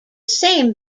same